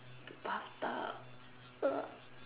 bathtub uh